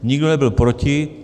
Nikdo nebyl proti.